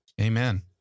Amen